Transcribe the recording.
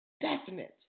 definite